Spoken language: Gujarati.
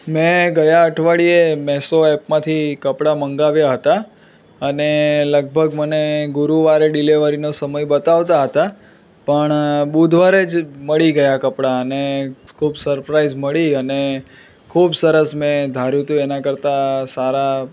મેં ગયા અઠવાડિયે મેસો એપમાંથી કપડાં મંગાવ્યા હતાં અને લગભગ મને ગુરુવારે ડિલેવરીનો સમય બતાવતા હતા પણ બુધવારે જ મળી ગયા ંકપડાં અને ખૂબ સરપ્રાઈઝ મળી અને ખૂબ સરસ મેં ધાર્યું હતું એનાં કરતાં સારાં